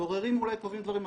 הבוררים אולי קובעים דברים אחרים.